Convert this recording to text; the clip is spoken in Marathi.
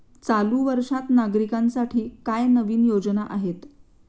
चालू वर्षात नागरिकांसाठी काय नवीन योजना आहेत?